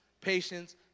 patience